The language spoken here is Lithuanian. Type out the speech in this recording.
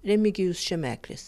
remigijus šemeklis